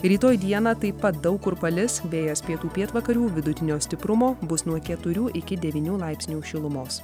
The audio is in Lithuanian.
rytoj dieną taip pat daug kur palis vėjas pietų pietvakarių vidutinio stiprumo bus nuo keturių iki devynių laipsnių šilumos